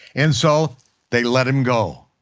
and so they let him go,